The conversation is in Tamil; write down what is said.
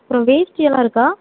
அப்புறம் வேஷ்டி எல்லாம் இருக்கா